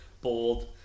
Bold